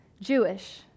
Jewish